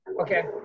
Okay